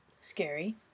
Scary